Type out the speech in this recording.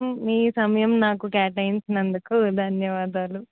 మీ సమయం నాకు కేటాయించినందుకు ధన్యవాదాలు